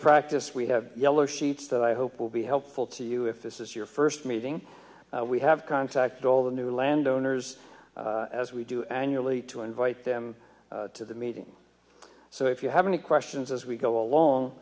practice we have yellow sheets that i hope will be helpful to you if this is your first meeting we have contacted all the new landowners as we do annually to invite them to the meeting so if you have any questions as we go along